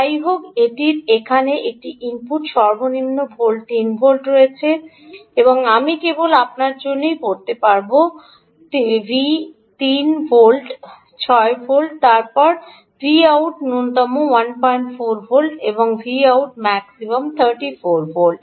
যাইহোক এটির এখানে একটি ইনপুট সর্বনিম্ন 3 ভোল্ট রয়েছে আমি কেবল আপনার জন্যই পড়তে পারব V¿min 3 V¿max 6 ভোল্ট তারপর Voutmin ন্যূনতম 14 ভোল্ট এবং Voutmax 34 ভোল্ট